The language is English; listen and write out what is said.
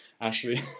Ashley